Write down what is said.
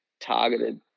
targeted